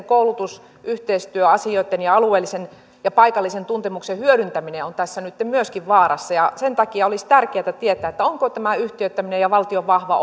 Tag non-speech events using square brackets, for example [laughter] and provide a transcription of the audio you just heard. [unintelligible] koulutusyhteistyöasioitten ja alueellisen ja paikallisen tuntemuksen hyödyntäminen on tässä nyt myöskin vaarassa ja sen takia olisi tärkeätä tietää onko tämä yhtiöittäminen ja valtion vahva [unintelligible]